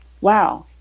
Wow